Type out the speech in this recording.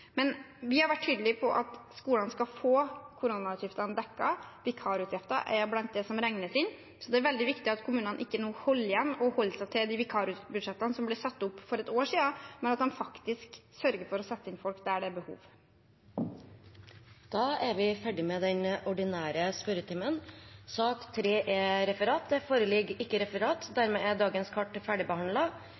Vi har vært tydelige på at skolene skal få koronautgiftene dekket. Vikarutgifter er blant det som regnes inn. Det er veldig viktig at kommunene nå ikke holder igjen og holder seg til de vikarutgiftene som ble satt opp for et år siden, men at de faktisk sørger for å sette inn folk der det er behov. Da er sak nr. 2 ferdigbehandlet. Det foreligger ikke noe referat. Dermed er dagens kart